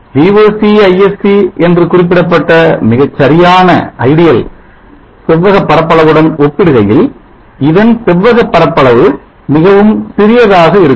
Voc Isc என்று குறிப்பிடப்பட்ட மிகச்சரியான செவ்வக பரப்பளவுடன் ஒப்பிடுகையில் இதன் செவ்வக பரப்பளவு மிகவும் சிறியதாக இருக்கும்